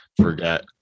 forget